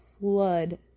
flood